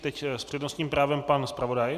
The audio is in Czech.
Teď s přednostním právem pan zpravodaj.